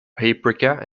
paprika